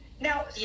Now